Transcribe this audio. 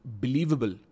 believable